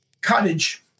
cottage